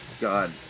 God